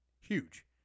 huge